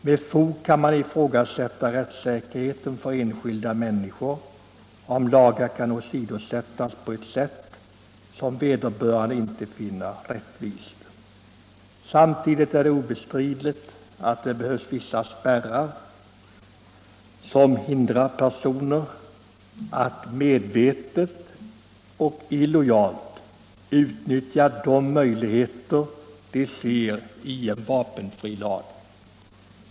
Man kan med fog ifrågasätta rättssäkerheten för enskilda människor, om lagar kan åsidosättas på ett sätt som vederbörande inte finner vara rättvist. Samtidigt är det obestridligt att det behövs vissa spärrar, som hindrar personer att medvetet och lojalt utnyttja de möjligheter de ser i en vapenfri lag.